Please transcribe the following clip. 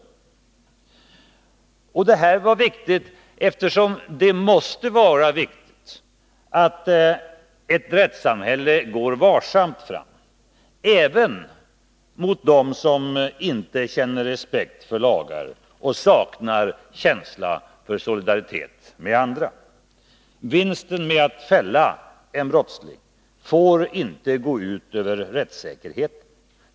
Det här var viktigt, eftersom det måste vara viktigt att ett rättssamhälle går varsamt fram, även mot dem som inte känner respekt för lagar och saknar känsla för solidaritet med andra. Vinsten med att fälla en brottsling får inte gå ut över rättssäkerheten.